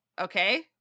okay